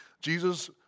Jesus